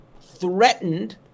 threatened